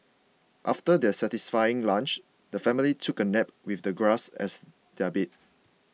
after their satisfying lunch the family took a nap with the grass as their bed